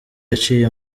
yaciye